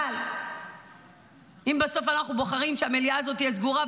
אבל אם בסוף אנחנו בוחרים שהמליאה הזאת תהיה סגורה,